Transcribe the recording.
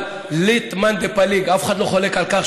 אין כללים,